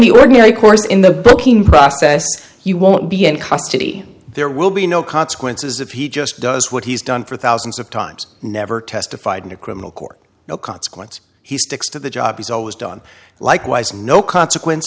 the ordinary course in the booking process you won't be in custody there will be no consequences if he just does what he's done for thousands of times never testified in a criminal court no consequence he sticks to the job he's always done likewise no consequence